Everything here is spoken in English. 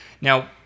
Now